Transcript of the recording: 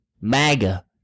MAGA